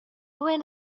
when